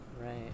Right